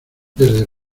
desde